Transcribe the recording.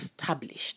established